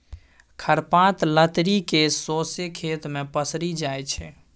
खर पात लतरि केँ सौंसे खेत मे पसरि जाइ छै